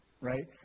right